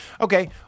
Okay